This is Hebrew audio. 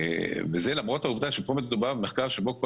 וזה למרות העובדה שמדובר על מחקר שבו כל